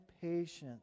patience